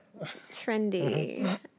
Trendy